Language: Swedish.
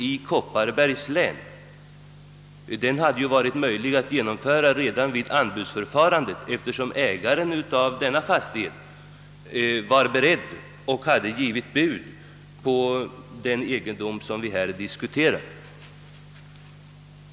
i Kopparbergs län hade varit möjligt att genomföra redan vid anbudsförfarandet, eftersom ägaren av denna fastighet var beredd därtill och hade givit bud på den egendom som vi här diskuterar.